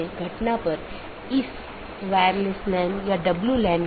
बस एक स्लाइड में ऑटॉनमस सिस्टम को देख लेते हैं